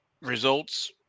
results